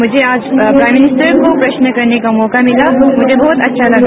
मुझे आज prime minister को प्रश्न करने का मौका मिला मुझे बहुत अच्छा लगा